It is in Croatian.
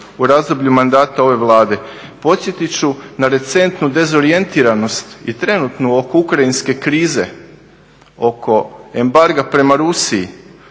u razdoblju mandata ove Vlade. Podsjetit ću na recentnu dezorijentiranost i trenutno oko ukrajinske krize, oko embarga prema Rusiji.